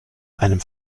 einem